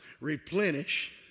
replenish